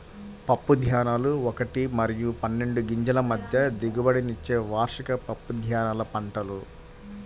పప్పుధాన్యాలు ఒకటి మరియు పన్నెండు గింజల మధ్య దిగుబడినిచ్చే వార్షిక పప్పుధాన్యాల పంటలు